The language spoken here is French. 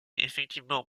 effectivement